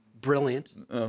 brilliant